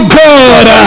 good